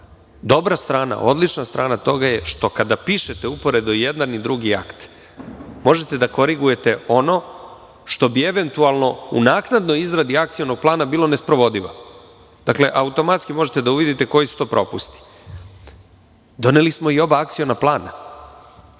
Dobra strana, odlična strana toga je što kada pišete uporedo i jedan i drugi akt, možete da korigujete ono što bi eventualno u naknadnoj izradi akcionog plana bilo nesprovodivo. Automatski možete da uvidite koji su to propusti. Doneli smo i oba akciona plana.